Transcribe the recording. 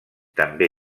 també